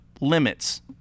limits